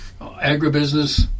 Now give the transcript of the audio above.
agribusiness